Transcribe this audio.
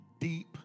deep